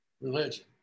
religion